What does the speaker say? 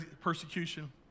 persecution